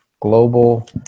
global